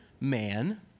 man